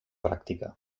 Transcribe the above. pràctica